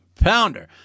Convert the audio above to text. pounder